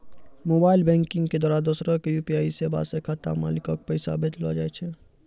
mobile banking के द्वारा दोसरा के यू.पी.आई सेबा से खाता मालिको के पैसा भेजलो जाय छै